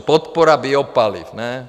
Podpora biopaliv, ne?